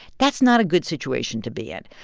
that's not a good situation to be in.